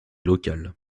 locale